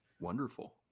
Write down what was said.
Wonderful